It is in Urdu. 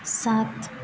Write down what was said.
سات